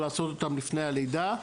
לעשות אותן לפני הלידה,